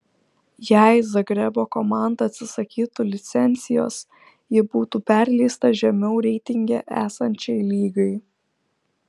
jei zagrebo komanda atsisakytų licencijos ji būtų perleista žemiau reitinge esančiai lygai